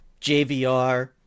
JVR